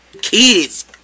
kids